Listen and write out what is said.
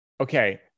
Okay